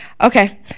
Okay